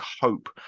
hope